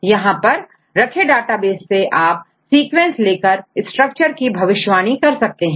यहां पर रखे डेटाबेस से आप सीक्वेंस लेकर स्ट्रक्चर की भविष्यवाणी कर सकते हैं